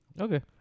Okay